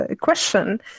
question